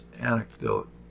anecdote